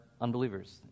unbelievers